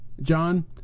John